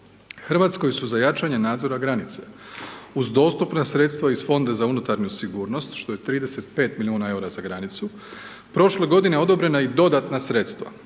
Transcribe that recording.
RH. RH su za jačanje nadzora granice, uz dostupna sredstva iz Fonda za unutarnju sigurnost, što je 35 milijuna EUR-a za granicu, prošle godine odobrena i dodatna sredstva.